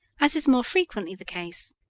as is more frequently the case,